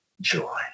joy